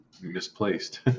misplaced